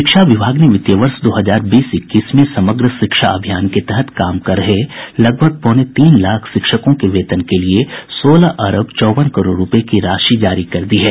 शिक्षा विभाग ने वित्तीय वर्ष दो हजार बीस इक्कीस में समग्र शिक्षा अभियान के तहत काम कर रहे लगभग पौने तीन लाख शिक्षकों के वेतन के लिए सोलह अरब चौवन करोड़ रूपये की राशि जारी कर दी है